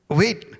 wait